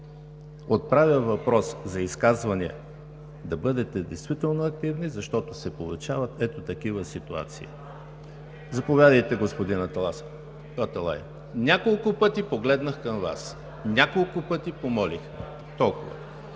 отправя въпрос за изказвания, да бъдете действително активни, защото се получават ето такива ситуации. (Шум и реплики.) Няколко пъти погледнах към Вас. Няколко пъти помолих. Толкова!